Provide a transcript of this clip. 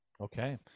Okay